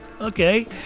Okay